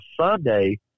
sunday